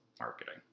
marketing